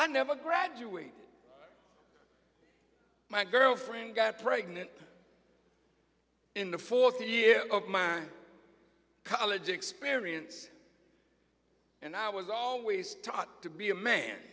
and never graduate my girlfriend got pregnant in the fourth year of my college experience and i was always taught to be a man